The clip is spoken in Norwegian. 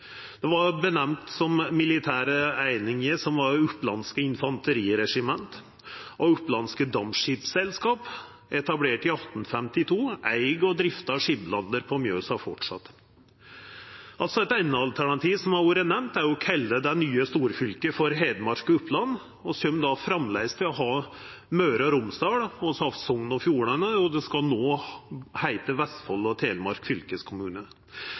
Det var nemnt om militære einingar, som Opplandske infanteriregiment, og Oplandske Dampskibsselskap, etablert i 1852, som framleis eig og driftar Skibladner på Mjøsa. Eit anna alternativ som har vore nemnt, er å kalla det nye storfylket for Hedmark og Oppland. Vi kjem framleis til å ha Møre og Romsdal. Vi har Sogn og Fjordane, og det skal no heita Vestfold og Telemark fylkeskommune.